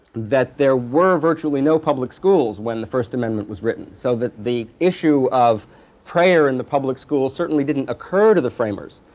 that there were virtually no public schools when the first amendment was written, so that the issue of prayer in the public schools certainly didn't occur to the framers,